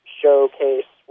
showcase